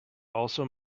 also